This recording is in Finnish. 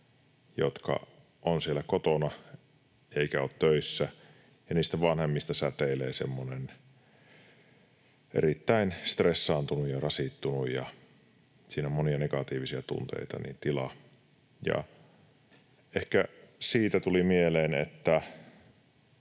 jotka ovat siellä kotona eivätkä ole töissä, ja niistä vanhemmista säteilee semmoinen erittäin stressaantunut ja rasittunut — siinä on monia negatiivisia tunteita — tila. Ehkä siitä tuli mieleen, että